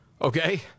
Okay